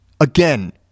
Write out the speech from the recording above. again